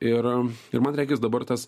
ir ir man regis dabar tas